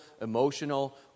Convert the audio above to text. emotional